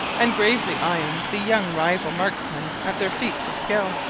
and gravely eyeing the young rival marksmen at their feats of skill.